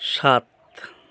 সাত